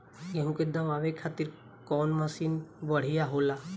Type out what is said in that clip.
गेहूँ के दवावे खातिर कउन मशीन बढ़िया होला?